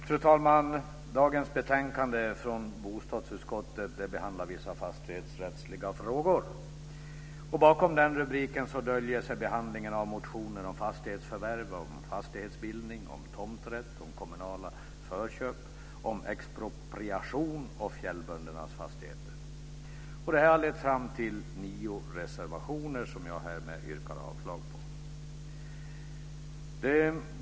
Fru talman! Dagens betänkande från bostadsutskottet behandlar vissa fastighetsrättsliga frågor. Bakom rubriken döljer sig behandling av motioner om fastighetsförvärv, fastighetsbildning, tomträtt, kommunala förköp, expropriation och fjällböndernas fastigheter. Detta har lett till nio reservationer som jag härmed yrkar avslag på.